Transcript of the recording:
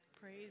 Praise